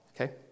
Okay